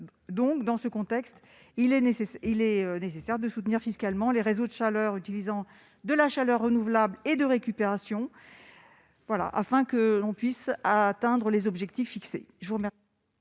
2023. Dans ce contexte, il est nécessaire de soutenir fiscalement les réseaux de chaleur utilisant de la chaleur renouvelable et de récupération pour atteindre les objectifs fixés.